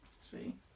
see